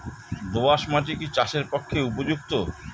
দোআঁশ মাটি কি চাষের পক্ষে উপযুক্ত?